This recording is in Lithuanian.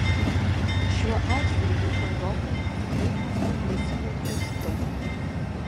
šiuo atžvilgiu europa tikrai tampa misijų kraštu